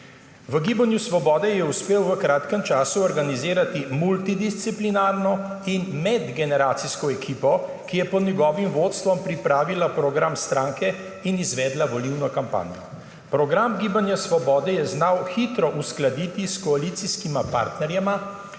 V Gibanju Svobode je uspel v kratkem času organizirati multidisciplinarno in medgeneracijsko ekipo, ki je pod njegovim vodstvom pripravila program stranke in izvedla volilno kampanjo. Program Gibanja Svobode je znal hitro uskladiti s koalicijskima partnerjema